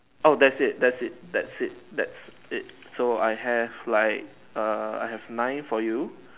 oh that's it that's it that's it that's it so I have like err I have nine for you